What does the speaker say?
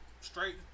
straight